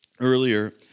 earlier